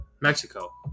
Mexico